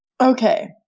Okay